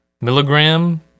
milligram